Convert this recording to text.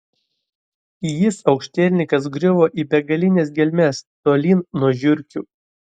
jis aukštielninkas griuvo į begalines gelmes tolyn nuo žiurkių